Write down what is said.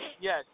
yes